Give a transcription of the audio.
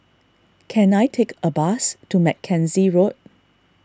can I take a bus to Mackenzie Road